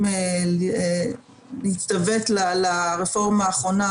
אנחנו נגיע למצב שהנזקים יהיו רבים והתועלות יהיו